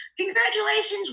congratulations